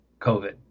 COVID